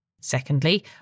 Secondly